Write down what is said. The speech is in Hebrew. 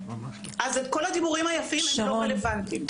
כל הדיבורים היפים, לא רלוונטיים.